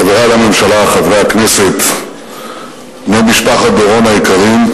לממשלה, חברי הכנסת, בני משפחת דורון היקרים,